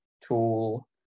Tool